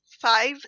five